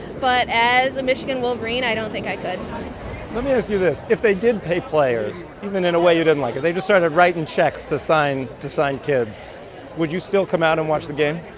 but as a michigan wolverine, i don't think i could let me ask you this, if they did pay players even in a way you didn't like, if they just started writing checks to sign to sign kids would you still come out and watch the game?